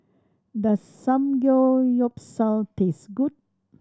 does Samgeyopsal taste good